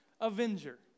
avenger